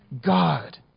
God